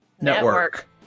network